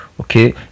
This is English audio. okay